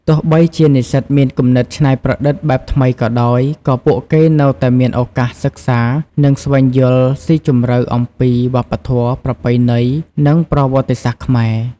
ទោះបីជានិស្សិតមានគំនិតច្នៃប្រឌិតបែបថ្មីក៏ដោយ ក៏ពួកគេនៅតែមានឱកាសសិក្សា និងស្វែងយល់ស៊ីជម្រៅអំពី វប្បធម៌ ប្រពៃណី និងប្រវត្តិសាស្ត្រខ្មែរ ។